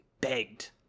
begged